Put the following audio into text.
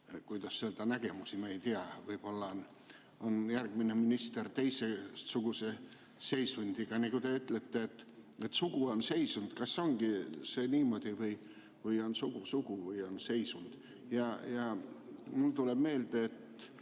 kuidas öelda, nägemusi. Ma ei tea, võib-olla on järgmine minister teistsuguse seisundiga. Nagu te ütlete, et sugu on seisund. Kas see ongi niimoodi või on sugu või on seisund? Mulle tuleb meelde, et